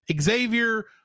Xavier